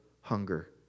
hunger